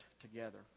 together